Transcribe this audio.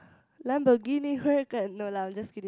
Lamborghini Huracan no lah I'm just kidding